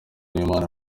w’imana